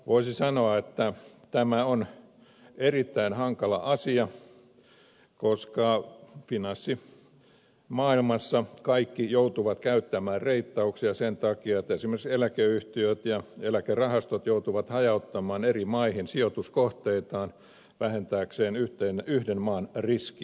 voisi sanoa että tämä on erittäin hankala asia koska finanssimaailmassa kaikki joutuvat käyttämään reittauksia sen takia että esimerkiksi eläkeyhtiöt ja eläkerahastot joutuvat hajauttamaan eri maihin sijoituskohteitaan vähentääkseen yhden maan riskiä